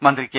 മന്ത്രി കെ